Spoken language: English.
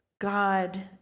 god